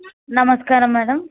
నమస్కారం మ్యాడమ్